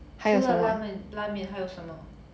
除了拉面还有什么